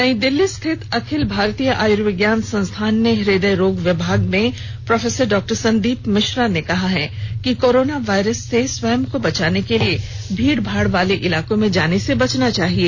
नई दिल्ली स्थित अखिल भारतीय आयुर्विज्ञान संस्थान में हृदय रोग विभाग में प्रोफेसर डॉक्टर संदीप मिश्र ने कहा है कि कोरोना वायरस से स्वयं को बचाने के लिए भीडभाड वाले इलाकों में जाने से बचना चाहिए